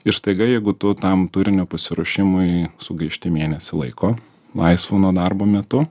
ir staiga jeigu tu tam turinio pasiruošimui sugaišti mėnesį laiko laisvu nuo darbo metu